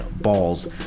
balls